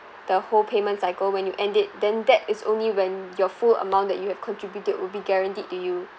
the whole payment cycle when you end it then that is only when your full amount that you have contributed will be guaranteed to you